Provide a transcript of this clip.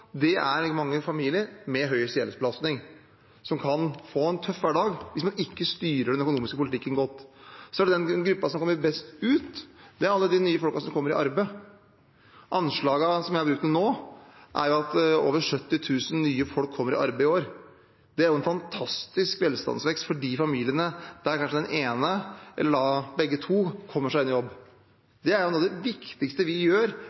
Det er mange familier med høy gjeldsbelastning som kan få en tøff hverdag hvis man ikke styrer den økonomiske politikken godt. Den gruppen som kommer best ut, er alle de nye folkene som kommer i arbeid. Anslagene som jeg brukte nå, er at over 70 000 nye folk kommer i arbeid i år. Det er en fantastisk velstandsvekst for de familiene der kanskje den ene, eller begge to, kommer seg i jobb. Noe av det viktigste vi gjør